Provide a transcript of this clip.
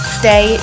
stay